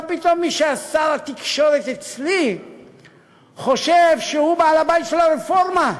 מה פתאום מי שהיה שר התקשורת אצלי חושב שהוא בעל-הבית של הרפורמה?